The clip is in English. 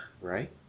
right